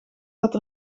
dat